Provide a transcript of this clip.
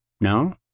No